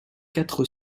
quatre